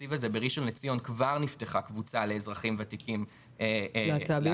התקציב הזה בראשון לציון כבר נפתחה קבוצה לאזרחים וותיקים להט"בים.